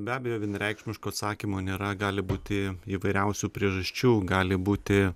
be abejo vienareikšmiško atsakymo nėra gali būti įvairiausių priežasčių gali būti